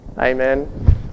Amen